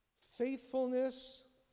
faithfulness